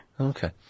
Okay